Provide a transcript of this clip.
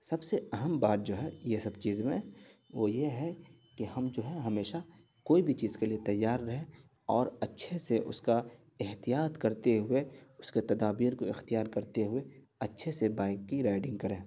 سب سے اہم بات جو ہے یہ سب چیز میں وہ یہ ہے کہ ہم جو ہیں ہمیشہ کوئی بھی چیز کے لیے تیار رہیں اور اچھے سے اس کا احتیاط کرتے ہوئے اس کے تدابیر کو اختیار کرتے ہوئے اچھے سے بائک کی رائڈنگ کریں